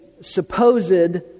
supposed